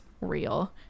real